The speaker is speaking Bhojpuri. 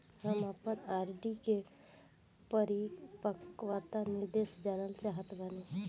हम आपन आर.डी के परिपक्वता निर्देश जानल चाहत बानी